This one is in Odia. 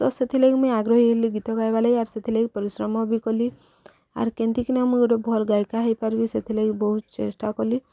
ତ ସେଥିଲାଗି ମୁଇଁ ଆଗ୍ରହୀ ହେଲି ଗୀତ ଗାଇବା ଲାଗି ଆର୍ ସେଥିଲାଗି ପରିଶ୍ରମ ବି କଲି ଆର୍ କେନ୍ତିକିନା ମୁଁ ଗୋଟେ ଭଲ୍ ଗାୟିକା ହେଇପାରିବି ସେଥିଲାଗି ବହୁତ ଚେଷ୍ଟା କଲି